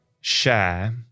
share